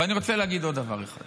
ואני מציע להגיד עוד דבר אחד